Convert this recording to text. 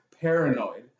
paranoid